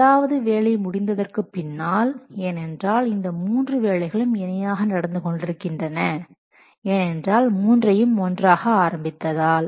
முதலாவது வேலை முடிந்ததற்கு பின்னால் ஏனென்றால் இந்த மூன்று வேலைகளும் இணையாக நடந்து கொண்டிருக்கின்றன ஏன் என்றால் மூன்றையும் ஒன்றாக ஆரம்பித்ததால்